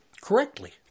correctly